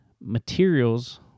materials